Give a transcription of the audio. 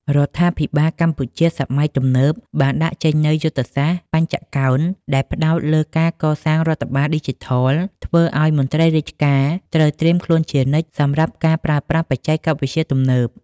រដ្ឋាភិបាលកម្ពុជាសម័យទំនើបបានដាក់ចេញនូវយុទ្ធសាស្ត្របញ្ចកោណ ដែលផ្ដោតលើការកសាងរដ្ឋបាលឌីជីថល ធ្វើឱ្យមន្ត្រីរាជការត្រូវត្រៀមខ្លួនជានិច្ចសម្រាប់ការប្រើប្រាស់បច្ចេកវិទ្យាទំនើប។